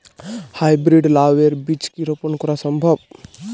High breed লাও এর বীজ কি রোপন করা সম্ভব?